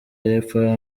yepfo